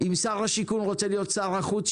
אם שר השיכון רוצה להיות שר החוץ,